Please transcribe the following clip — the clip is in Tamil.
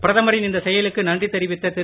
பிரதமரின் இந்த செயலுக்கு நன்றி தெரிவித்த திரு